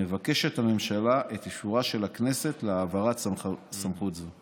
מבקשת הממשלה את אישורה של הכנסת להעברת סמכות זו.